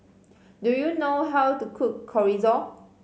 do you know how to cook Chorizo